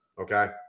okay